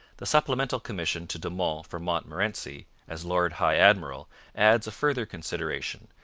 the supplementary commission to de monts from montmorency as lord high admiral adds a further consideration,